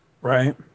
Right